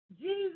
Jesus